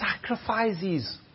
sacrifices